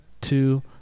two